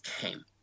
came